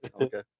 okay